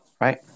right